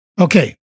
Okay